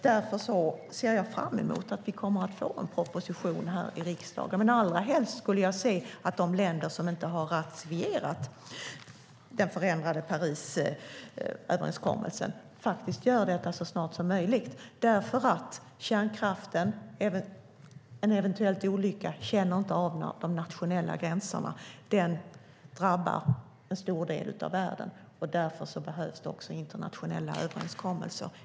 Därför ser jag fram emot att vi kommer att få en proposition till riksdagen. Allra helst skulle jag vilja se att de länder som inte har ratificerat den förändrade Parisöverenskommelsen gör det så snart som möjligt. En eventuell kärnkraftsolycka känner inte av de nationella gränserna. Den drabbar en stor del av världen, och därför behövs internationella överenskommelser.